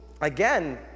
again